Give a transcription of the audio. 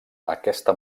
aquesta